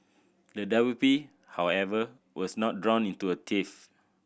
the W P however was not drawn into a tiff